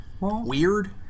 weird